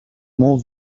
more